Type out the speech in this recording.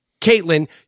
Caitlin